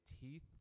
teeth